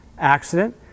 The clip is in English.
accident